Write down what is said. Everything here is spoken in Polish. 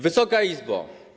Wysoka Izbo!